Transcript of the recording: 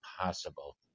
possible